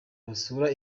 basura